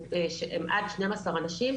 עד שנים עשר אנשים,